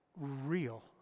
real